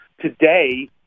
today